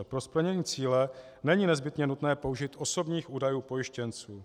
Pro splnění cíle není nezbytně nutné použít osobních údajů pojištěnců.